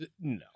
No